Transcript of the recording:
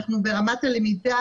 אנחנו ברמת הלמידה,